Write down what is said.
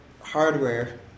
hardware